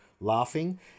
laughing